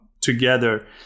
together